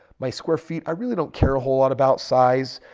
my square feet, i really don't care a whole lot about size.